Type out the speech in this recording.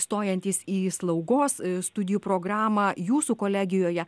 stojantys į slaugos studijų programą jūsų kolegijoje